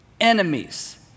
enemies